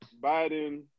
Biden